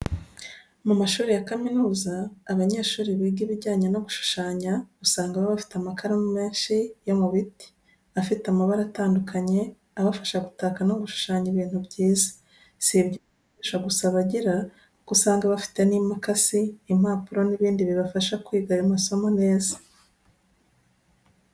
Mu mashuri ya kaminuza, abanyeshuri biga ibijyanye no gushushanya, usanga baba bafite amakaramu menshi yo mu biti, afite amabara atandukanye, abafasha gutaka no gushushanya ibintu byiza. Si ibyo bikoresho gusa bagira, kuko usanga bafite n’imakasi, impapuro n’ibindi bibafasha kwiga ayo masomo neza.